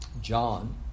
John